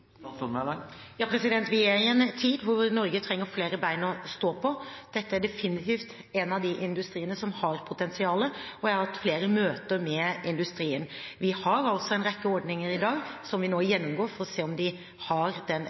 Vi er i en tid da Norge trenger flere bein å stå på. Dette er definitivt en industri som har potensial, og jeg har hatt flere møter med industrien. Vi har i dag en rekke ordninger, som vi nå gjennomgår for å se om de har den